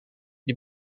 die